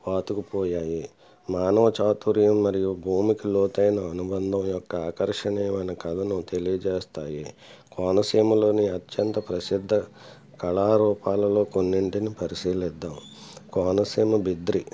పాతుకుపోయాయి మానవ చాతుర్యం మరియు భూమికి లోతైన అనుబంధం యొక్క ఆకర్షణీయమైన కళను తెలియజేస్తాయి కోనసీమలోని అత్యంత ప్రసిద్ధ కళారూపాలలో కొన్నింటిని పరిశీలిద్దాం కోనసీమ బిద్రీ